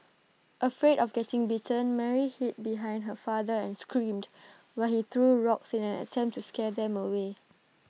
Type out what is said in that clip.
afraid of getting bitten Mary hid behind her father and screamed while he threw rocks in an attempt to scare them away